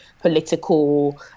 political